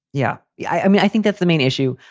yeah yeah. i mean, i think that's the main issue.